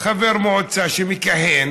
שחבר מועצה מכהן